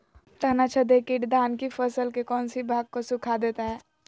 तनाछदेक किट धान की फसल के कौन सी भाग को सुखा देता है?